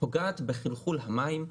פוגעת בחלחול המים,